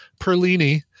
Perlini